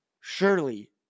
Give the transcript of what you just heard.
surely